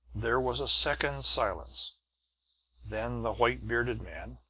there was a second's silence then the white-bearded man,